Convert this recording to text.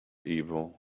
evil